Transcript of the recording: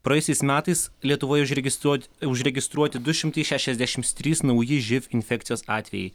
praėjusiais metais lietuvoje užregistruoti užregistruoti du šimtai šešiasdešimt trys nauji živ infekcijos atvejai